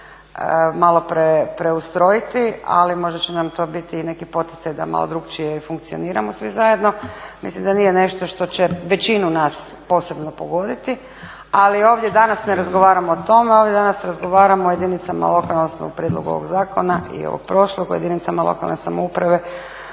malo preustrojiti ali možda će nam to biti i neki poticaj da malo drukčije i funkcioniramo svi zajedno mislim da nije nešto što će većinu nas posebno pogoditi. Ali ovdje danas ne razgovaramo o tome, ovdje danas razgovaramo o jedinicama lokalne, odnosno u prijedlogu ovoga zakona i ovog prošlog o jedinicama lokalne samouprave